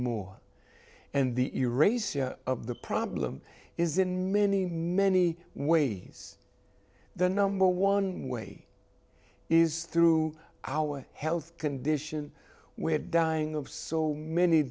more and the erasing of the problem is in many many ways the number one way is through our health condition we have dying of so many